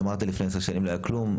אמרת עוד עשר שנים לא קורה כלום,